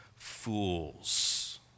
fools